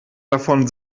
davon